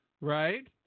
Right